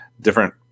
different